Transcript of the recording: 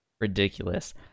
ridiculous